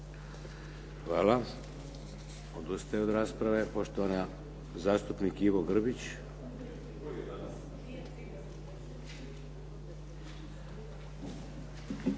Hvala. Odustaje od rasprave. Poštovani zastupnik Ivo Grbić.